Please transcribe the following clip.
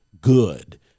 good